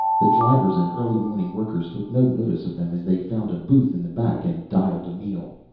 the drivers and early morning workers took no notice of them as they found a booth in the back and dialed a meal.